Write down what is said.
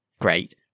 Great